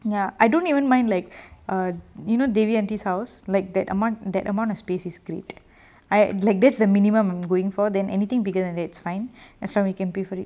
ya I don't even mind like err you know davy auntie's house like that amount that amount of space is great I like this is the minimum I'm am going for then anything bigger than it's fine as long as you can pay for it